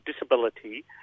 disability